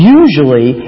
usually